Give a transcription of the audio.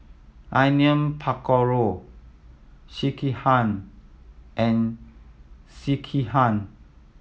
Onion Pakora Sekihan and Sekihan